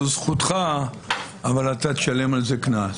שזאת זכותו אבל הוא ישלם על זה קנס.